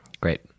great